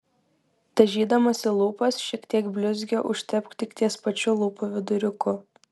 dažydamasi lūpas šiek tiek blizgio užtepk tik ties pačiu lūpų viduriuku